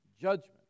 judgment